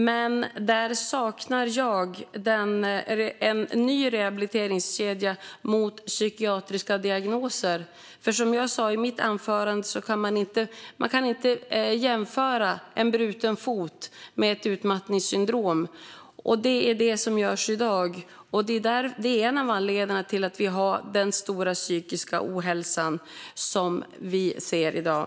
Men jag saknar en ny rehabiliteringskedja för psykiatriska diagnoser. Som jag sa i mitt anförande kan man inte jämföra en bruten fot med ett utmattningssyndrom, som man gör i dag. Det är en av anledningarna till att vi har den stora psykiska ohälsa som vi ser i dag.